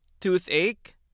toothache